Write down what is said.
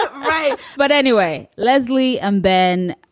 ah right but anyway, leslie and ben,